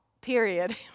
Period